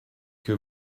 que